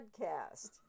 Podcast